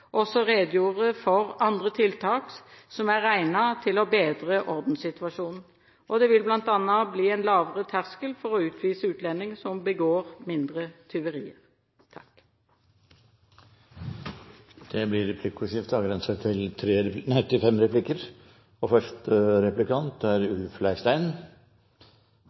også redegjorde for andre tiltak som er egnet til å bedre ordenssituasjonen. Det vil bl.a. bli en lavere terskel for å utvise utlendinger som begår mindre tyverier. Det blir replikkordskifte. Det er